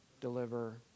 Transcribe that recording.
deliver